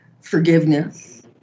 forgiveness